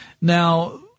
Now